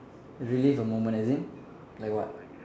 relive the moment as in like what